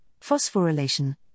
phosphorylation